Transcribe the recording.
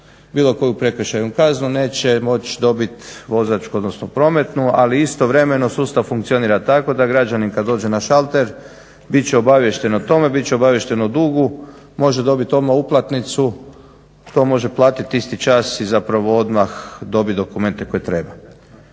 bilo koju prekršajnu kaznu neće moći dobiti vozačku, odnosno prometnu. Ali istovremeno sustav funkcionira tako da građanin kad dođe na šalter bit će obaviješten o tome, bit će obaviješten o dugu. Može dobiti odmah uplatnicu. To može platiti isti čas i zapravo odmah dobiti dokumente koje treba.